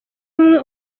ubumwe